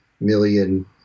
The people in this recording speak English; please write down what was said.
million